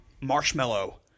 marshmallow